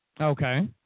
Okay